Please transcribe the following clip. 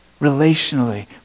Relationally